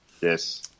Yes